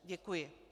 Děkuji.